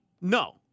No